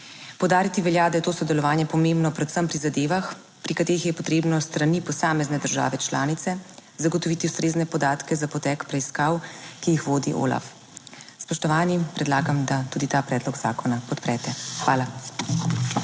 Poudariti velja, da je to sodelovanje pomembno predvsem pri zadevah, pri katerih je potrebno s strani posamezne države članice zagotoviti ustrezne podatke za potek preiskav, ki jih vodi OLAF. Spoštovani, predlagam, da tudi ta predlog zakona podprete. Hvala.